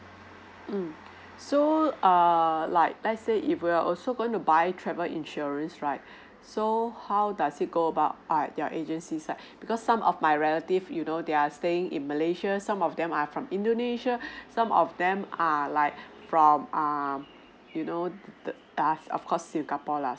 mm so err like let's say if we're also going to buy travel insurance right so how does it go about err your agency side because some of my relative you know they are staying in malaysia some of them are from indonesia some of them are like from err you know th~ of course singapore lah